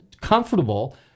comfortable